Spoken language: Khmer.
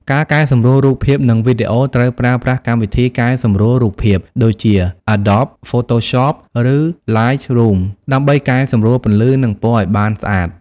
ការកែសម្រួលរូបភាព និងវីដេអូ ត្រូវប្រើប្រាស់កម្មវិធីកែសម្រួលរូបភាពដូចជា Adobe Photoshop ឬ Lightroom ដើម្បីកែសម្រួលពន្លឺ និងពណ៌ឲ្យបានស្អាត។